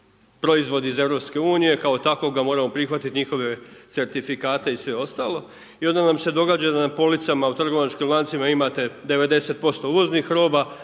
proizvod iz EU, kao takvog ga moraju prihvatiti njihove certifikate i sve ostalo i onda nam se događa da na policama u trgovačkim lancima imate 90% uvoznih roba,